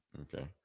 okay